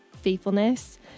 faithfulness